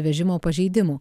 vežimo pažeidimų